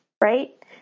right